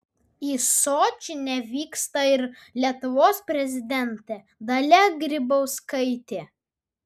į sočį nevyksta ir lietuvos prezidentė dalia grybauskaitė